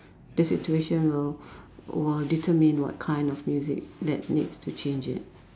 the situation will will determine what kind of music that needs to change it